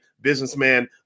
businessman